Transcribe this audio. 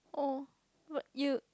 oh but you